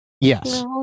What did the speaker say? Yes